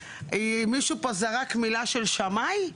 מישהו פה זרק מילה על שמאי.